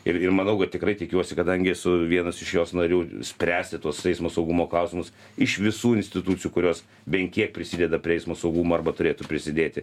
ir ir manau kad tikrai tikiuosi kadangi esu vienas iš jos narių spręsti tuos eismo saugumo klausimus iš visų institucijų kurios bent kiek prisideda prie eismo saugumo arba turėtų prisidėti